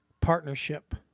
partnership